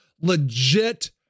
legit